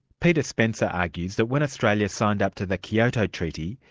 peter spencer argues that when australia signed up to the kyoto treaty,